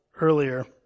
earlier